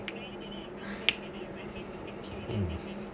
um